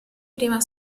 prima